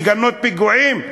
לגנות פיגועים?